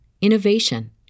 innovation